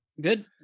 Good